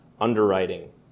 underwriting